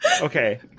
Okay